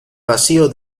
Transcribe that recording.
vacío